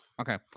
okay